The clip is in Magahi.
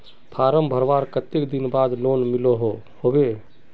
फारम भरवार कते दिन बाद लोन मिलोहो होबे?